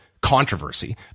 controversy